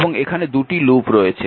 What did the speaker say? এবং এখানে 2টি লুপ রয়েছে